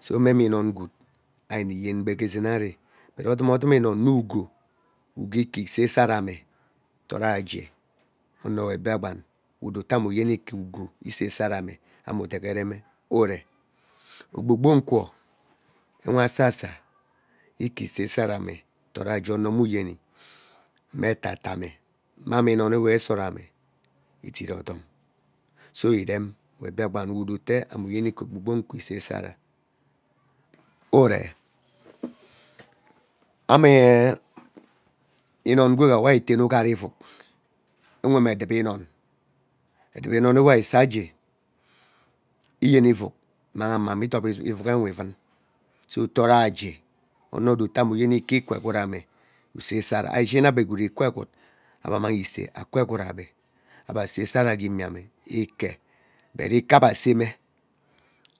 So eme imee inoi gwood ari iniyen me gee zeen ari but odum odume inoinnne ugo, ugo ike nse sarame toraje ono we Biakpan we odo ete ame yeni ugo ike ise sarame ame udegen ure. ogbogbo nkwo nwe asasa ike ise sasarame toraje ono me uyeni mma etatame mme ame inoineve sorame idit odom o irem we biakpan we udo ute ame yeni ogbogbo uwo ike isee sara uree amee inoi gweega we ari itene iyat ivug nwe nne edubo inoin edubo inoin isainje iyeni ivug immang amame ee ideop ivug nwe ivun so toraje ono we udo eta ameyeni ike ikwaa egwood ame isesava ibee ishini nne ebe gwood akwaa egwet ebe ammang ise akwa egwood ebee. ebe see sara gee imieme ike but ike ebe sama